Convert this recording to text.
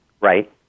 right